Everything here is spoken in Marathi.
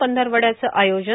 पंधरवडयाचं आयोजन